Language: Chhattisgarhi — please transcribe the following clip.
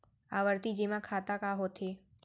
आवर्ती जेमा खाता का होथे?